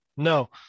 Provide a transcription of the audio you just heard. No